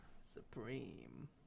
Supreme